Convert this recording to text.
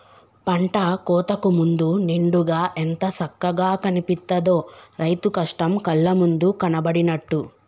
పంట కోతకు ముందు నిండుగా ఎంత సక్కగా కనిపిత్తదో, రైతు కష్టం కళ్ళ ముందు కనబడినట్టు